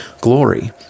glory